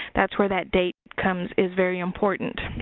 that's where that date comes is very important.